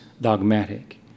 dogmatic